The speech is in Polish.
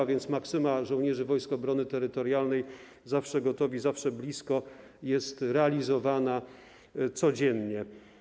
A więc maksyma żołnierzy Wojsk Obrony Terytorialnej „zawsze gotowi, zawsze blisko” jest realizowana codziennie.